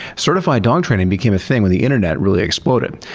certified dog training became a thing when the internet really exploded.